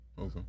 Okay